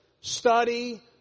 study